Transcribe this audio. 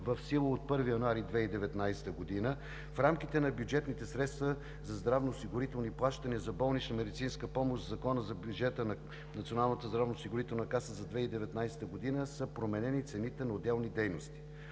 в сила от 1 януари 2019 г., в рамките на бюджетните средства за здравноосигурителни плащания за болнична медицинска помощ в Закона за бюджета на Националната здравноосигурителна каса за 2019 г. са променени цените на отделни дейности.